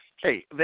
hey